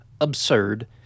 absurd